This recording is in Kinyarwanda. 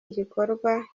igikorwa